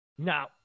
Now